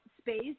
space